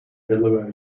delaware